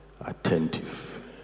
attentive